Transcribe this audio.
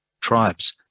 tribes